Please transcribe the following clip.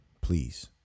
please